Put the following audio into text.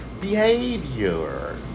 behavior